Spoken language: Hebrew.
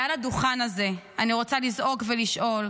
מעל הדוכן הזה אני רוצה לזעוק ולשאול: